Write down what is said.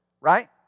right